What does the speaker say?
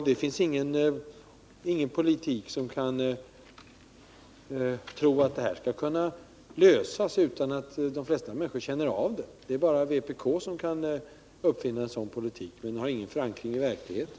Det finns ingen politik som gör att det här kan klaras utan att de flesta människor känner av det — det är bara vpk som kan tala om något sådant. Det har ingen förankring i verkligheten.